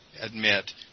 admit